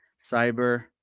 cyber